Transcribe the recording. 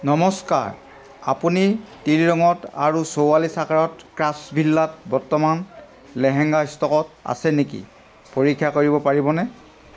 নমস্কাৰ আপুনি তিল ৰঙত আৰু চৌৰাল্লিছ আকাৰত ক্ৰাফ্টছ ভিলাত বৰ্তমান লেহেঙ্গা ষ্টকত আছে নেকি পৰীক্ষা কৰিব পাৰিবনে